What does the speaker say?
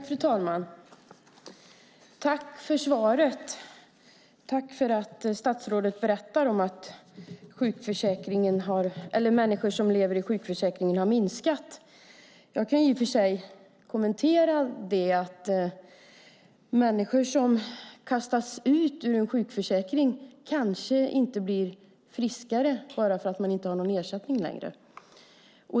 Fru talman! Tack för svaret! Tack för att statsrådet berättar att antalet människor som lever i sjukförsäkringen har minskat! Jag kan kommentera det med att människor som kastas ut ur en sjukförsäkring kanske inte blir friskare bara för att de inte har någon ersättning längre.